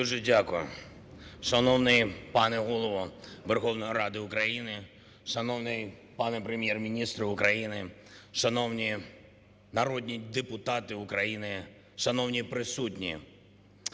Дуже дякую. Шановний пане Голово Верховної Ради України, шановний пане Прем'єр-міністре України, шановні народні депутати України, шановні присутні!